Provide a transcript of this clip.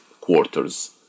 quarters